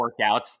workouts